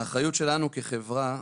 האחריות שלנו כחברה,